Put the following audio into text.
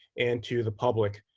and to the public,